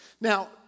Now